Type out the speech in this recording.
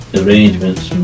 arrangements